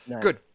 Good